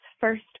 first